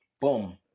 Boom